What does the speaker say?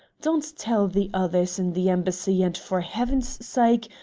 don't tell the others in the embassy, and, for heaven's sake,